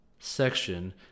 section